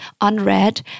unread